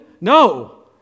No